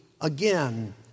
again